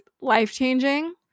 life-changing